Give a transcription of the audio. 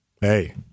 hey